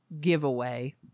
giveaway